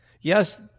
Yes